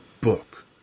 book